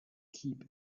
keep